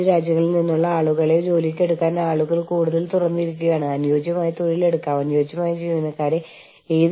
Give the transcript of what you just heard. മറ്റ് രാജ്യങ്ങളിലെ തൊഴിലാളികളുടെ ആശങ്കകൾ പ്രാദേശിക ആശങ്കകൾ എന്നിവയ്ക്ക് വിധേയമാക്കാൻ ജീവനക്കാരുടെ മനസ്സില്ലായ്മ